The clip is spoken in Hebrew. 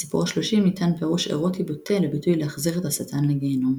בסיפור השלושים ניתן פירוש ארוטי בוטה לביטוי "להחזיר את השטן לגיהנום".